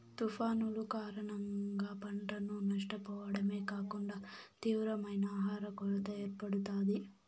తుఫానులు కారణంగా పంటను నష్టపోవడమే కాకుండా తీవ్రమైన ఆహర కొరత ఏర్పడుతాది